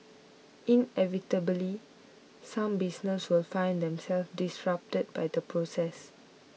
inevitably some businesses will find themselves disrupted by the process